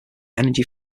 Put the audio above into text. energy